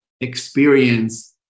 experience